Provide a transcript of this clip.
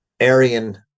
aryan